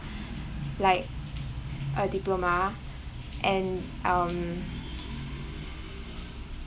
like a diploma and um